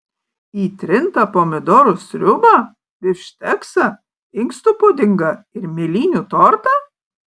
į trintą pomidorų sriubą bifšteksą inkstų pudingą ir mėlynių tortą